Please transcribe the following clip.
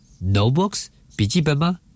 Notebooks,笔记本吗